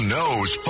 knows